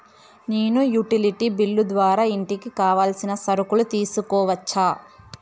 నేను utility bill ద్వారా ఇంటికి కావాల్సిన సరుకులు తీసుకోవచ్చా?